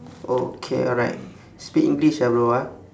oh okay alright speak english ah brother ah